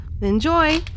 Enjoy